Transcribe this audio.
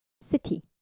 City